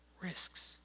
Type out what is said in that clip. risks